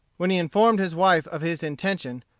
when he informed his wife of his intention,